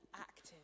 active